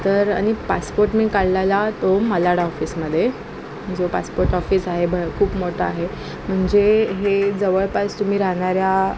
तर आणि पासपोर्ट मी काढलेला तो मालाड ऑफिसमध्ये जो पासपोर्ट ऑफिस आहे भ खूप मोठं आहे म्हणजे हे जवळपास तुम्ही राहणाऱ्या